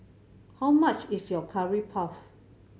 how much is Curry Puff